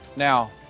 Now